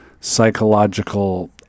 psychological